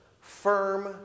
firm